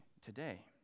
today